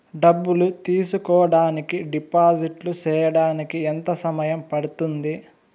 డబ్బులు తీసుకోడానికి డిపాజిట్లు సేయడానికి ఎంత సమయం పడ్తుంది